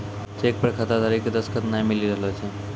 cheque पर खाताधारी के दसखत नाय मिली रहलो छै